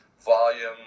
volume